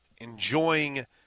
enjoying